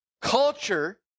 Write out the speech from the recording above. culture